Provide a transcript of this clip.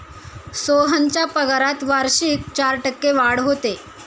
सोहनच्या पगारात वार्षिक चार टक्के वाढ होते